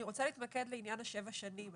אני רוצה להתמקד לעניין שבע השנים.